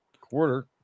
quarter